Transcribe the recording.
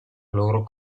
loro